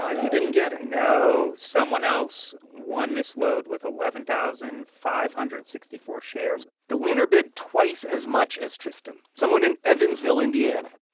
ah you didn't get it no, someone else won this load with eleven thousand five hundred sixty four shares the winner bid twice as much as tristan. someone in evansville, ind and